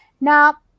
now